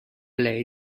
lei